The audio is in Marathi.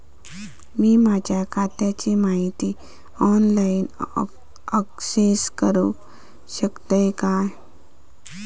मी माझ्या खात्याची माहिती ऑनलाईन अक्सेस करूक शकतय काय?